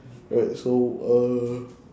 wait so uh